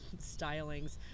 stylings